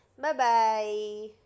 Bye-bye